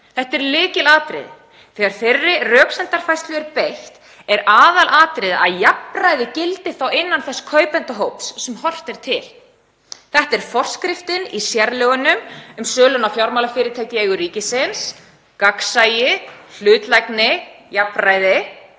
Þetta er lykilatriði. Þegar þeirri röksemdafærslu er beitt er aðalatriðið að jafnræði gildi þá innan þess kaupendahóps sem horft er til. Þetta er forskriftin í sérlögunum um sölu á fjármálafyrirtækjum í eigu ríkisins, gagnsæi, hlutlægni, jafnræði